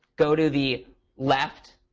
go to the left.